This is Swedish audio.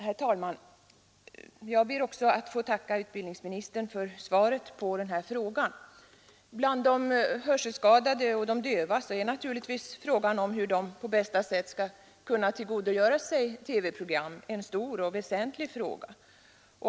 Herr talman! Jag ber också att få tacka utbildningsministern för svaret på frågan. Bland de hörselskadade och de döva är frågan om hur de på bästa sätt skall kunna tillgodogöra sig TV-program naturligtvis en stor och väsentlig fråga.